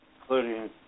including